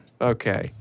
Okay